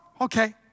okay